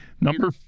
Number